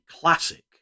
classic